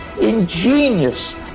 ingenious